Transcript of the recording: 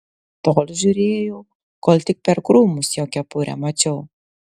tol žiūrėjau kol tik per krūmus jo kepurę mačiau